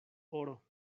oro